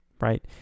Right